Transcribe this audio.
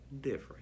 different